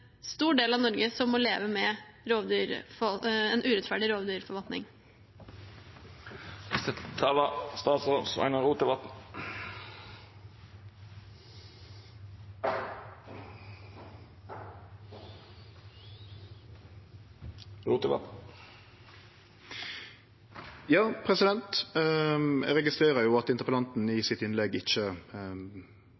stor del av Norge som må leve med en urettferdig rovdyrforvaltning. Eg registrerer at interpellanten i